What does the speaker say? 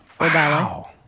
Wow